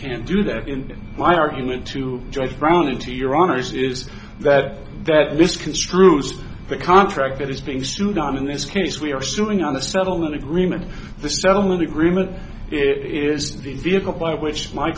can't do that in my argument to judge brown into your honour's is that that misconstrues the contract that is being tsunami in this case we are suing on the settlement agreement the settlement agreement is the vehicle by which my